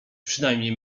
przynajmniej